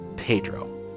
Pedro